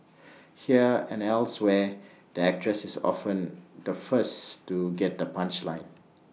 here and elsewhere the actress is often the first to get the punchline